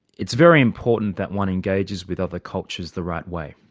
it's very important that one engages with other cultures the right way,